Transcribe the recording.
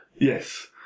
Yes